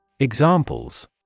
Examples